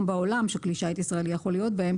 בעולם שכלי שיט ישראלי יכול להיות בהם,